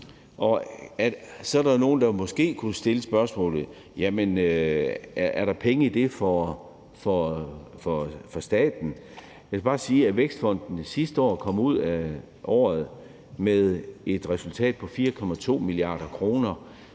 er måske nogle, der kunne stille spørgsmålet: Er der penge i det for staten? Jeg vil bare sige, at Vækstfonden sidste år kom ud med et resultat på 4,2 mia. kr.,